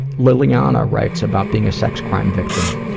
liliana writes about being a sex crime victim.